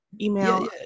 Email